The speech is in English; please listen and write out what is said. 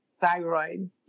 thyroid